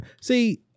See